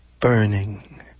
burning